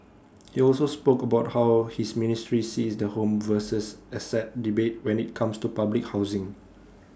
he also spoke about how his ministry sees the home versus asset debate when IT comes to public housing